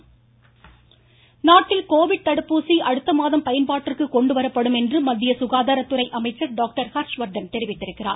ஹர்ஷ்வர்தன் நாட்டில் கோவிட் தடுப்பூசி அடுத்தமாதம் பயன்பாட்டிற்கு கொண்டுவரப்படும் என்று மத்திய சுகாதாரத்துறை அமைச்சர் டாக்டர் ஹர்ஷ்வர்தன் தெரிவித்திருக்கிறார்